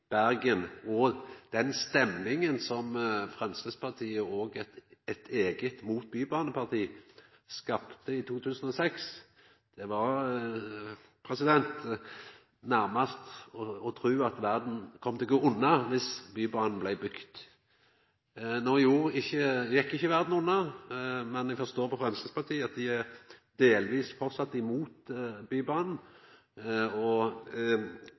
Bergen og den stemninga som Framstegspartiet og eit eige mot-bybane-parti skapte i 2006. Ein kunna nærmast tru at verda kom til å gå under hvis Bybanen blei bygd. Verda gjekk ikkje under, men eg forstår på Framstegspartiet at dei framleis er delvis imot Bybanen og